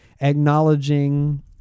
acknowledging